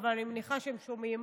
אבל אני מניחה שהם שומעים,